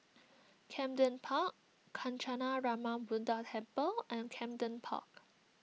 Camden Park Kancanarama Buddha Temple and Camden Park